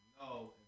no